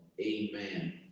Amen